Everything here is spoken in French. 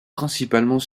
principalement